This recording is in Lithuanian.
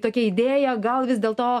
tokia idėja gal vis dėlto